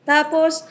Tapos